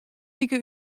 wike